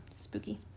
Spooky